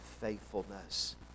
faithfulness